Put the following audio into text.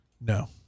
No